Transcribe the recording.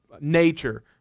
nature